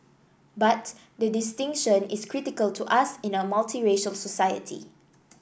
but the distinction is critical to us in a multiracial society